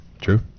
True